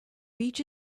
each